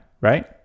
right